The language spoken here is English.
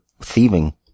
thieving